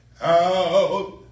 Out